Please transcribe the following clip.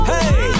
Hey